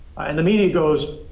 and the media goes,